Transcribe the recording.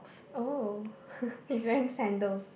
oh he's wearing sandals